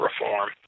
Reform